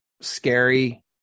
scary